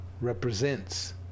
represents